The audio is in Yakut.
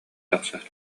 тахсар